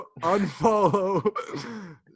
unfollow